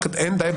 זילנד.